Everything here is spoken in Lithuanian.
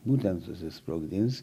būtent susisprogdins